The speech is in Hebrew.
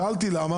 שאלתי למה.